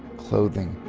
clothing.